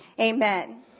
Amen